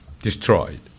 destroyed